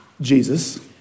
Jesus